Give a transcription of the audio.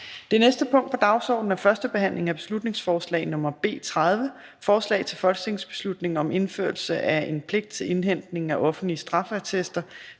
Det næste punkt på dagsordenen er: 3) 1. behandling af beslutningsforslag nr. B 30: Forslag til folketingsbeslutning om indførelse af en pligt til indhentning af offentlige straffeattester